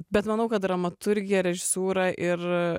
bet manau kad dramaturgija režisūra ir